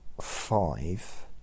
five